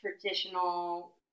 traditional